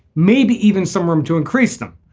maybe even some room to increase them.